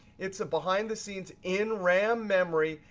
it's a behind-the-scenes in ram memory,